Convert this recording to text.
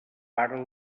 para